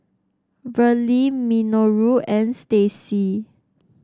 Verle Minoru and Staci